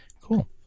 cool